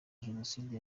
jenoside